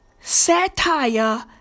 Satire